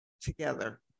together